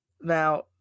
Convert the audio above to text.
Now